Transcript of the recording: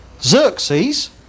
Xerxes